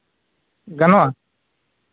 ᱜᱟᱱᱚᱜᱼᱟ